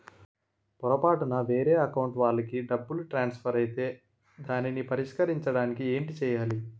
పొరపాటున వేరే అకౌంట్ వాలికి డబ్బు ట్రాన్సఫర్ ఐతే దానిని పరిష్కరించడానికి ఏంటి చేయాలి?